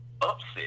upset